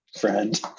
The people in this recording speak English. friend